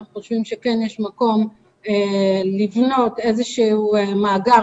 אנחנו חושבים שכן יש מקום לבנות איזשהו מאגר